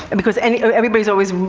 and because and you know everybody's always,